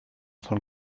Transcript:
von